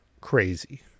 crazy